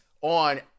on